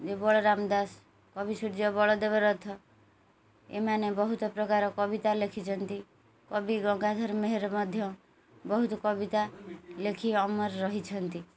ବଳରାମ ଦାସ କବି ସୂର୍ଯ୍ୟ ବଳଦେବରଥ ଏମାନେ ବହୁତ ପ୍ରକାର କବିତା ଲେଖିଛନ୍ତି କବି ଗଙ୍ଗାଧର ମେହେର ମଧ୍ୟ ବହୁତ କବିତା ଲେଖି ଅମର ରହିଛନ୍ତି